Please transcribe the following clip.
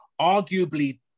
arguably